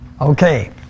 Okay